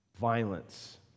violence